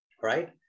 right